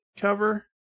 cover